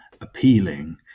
appealing